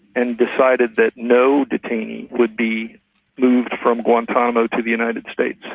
and decided that no detainee would be moved from guantanamo to the united states.